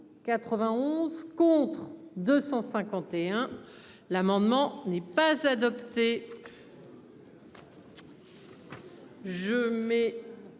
91 contre 251. L'amendement n'est pas adopté.